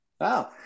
Wow